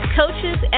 coaches